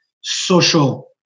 social